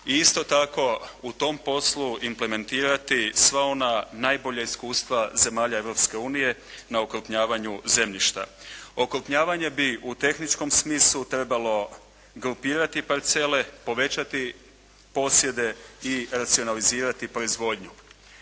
I isto tako u tom poslu implementirati sva ona najbolja iskustva zemalja Europske unije na okrupnjavanju zemljišta. Okrupnjavanje bi u tehničkom smislu trebalo grupirati parcele, povećati posjede i racionalizirati proizvodnju.